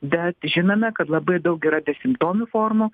bet žinome kad labai daug yra besimptomių formų